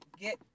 get